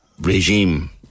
regime